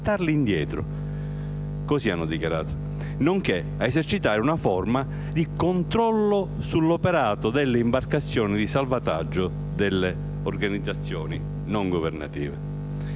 riportarli indietro» - così hanno dichiarato - nonché ad esercitare una forma di controllo sull'operato delle imbarcazioni di salvataggio delle organizzazioni non governative.